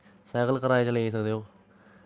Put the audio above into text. cycle कराए पर लेई सकदे ओ